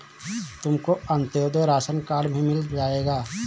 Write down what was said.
तुमको Antyodaya ration card भी मिल जाएगा